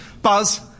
Buzz